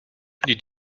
did